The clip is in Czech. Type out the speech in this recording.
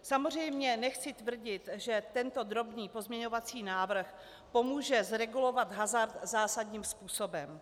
Samozřejmě nechci tvrdit, že tento drobný pozměňovací návrh pomůže zregulovat hazard zásadním způsobem.